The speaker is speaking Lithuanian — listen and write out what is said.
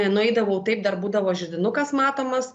nueidavau taip dar būdavo židinukas matomas